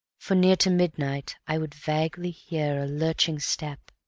for near to midnight i would vaguely hear a lurching step,